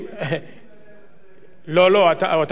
אתה לא מוותר.